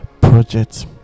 project